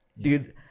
dude